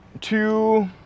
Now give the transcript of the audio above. two